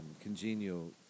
congenial